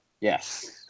Yes